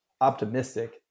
optimistic